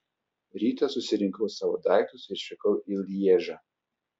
rytą susirinkau savo daiktus ir išvykau į lježą